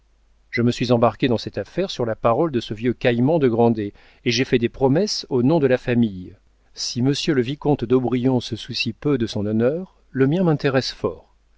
je me suis embarqué dans cette affaire sur la parole de ce vieux caïman de grandet et j'ai fait des promesses au nom de la famille si monsieur le vicomte d'aubrion se soucie peu de son honneur le mien m'intéresse